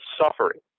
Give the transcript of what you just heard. suffering